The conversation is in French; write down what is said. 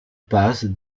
passe